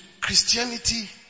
Christianity